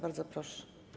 Bardzo proszę.